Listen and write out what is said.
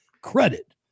credit